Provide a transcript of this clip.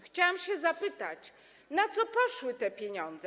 Chciałam zapytać, na co poszły te pieniądze.